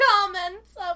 comments